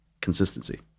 Consistency